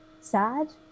sad